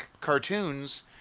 cartoons